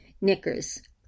knickers